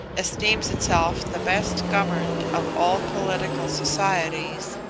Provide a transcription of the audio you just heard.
esteems itself the best governed of all political societies,